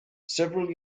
several